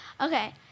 Okay